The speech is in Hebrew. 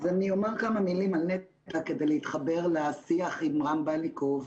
אני אומר כמה מילים רק כדי להתחבר לשיח עם רם בלניקוב.